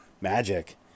magic